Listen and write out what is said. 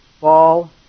fall